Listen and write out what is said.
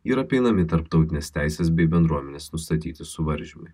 ir apeinami tarptautinės teisės bei bendruomenės nustatyti suvaržymai